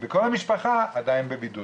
וכל המשפחה עדיין בבידוד.